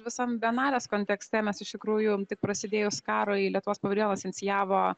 visam bienalės kontekste mes iš tikrųjų tik prasidėjus karui lietuvos paviljonas inicijavo